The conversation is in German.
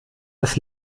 das